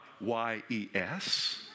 Y-E-S